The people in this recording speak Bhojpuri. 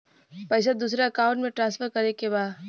पैसा दूसरे अकाउंट में ट्रांसफर करें के बा?